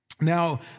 Now